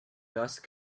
dust